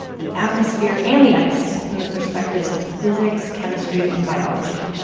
the atmosphere and the ice from the perspectives of physics, chemistry and biology.